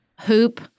hoop